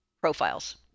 profiles